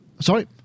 Sorry